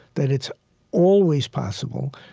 that it's always possible,